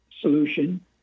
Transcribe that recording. solution